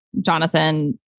Jonathan